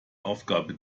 aufgabe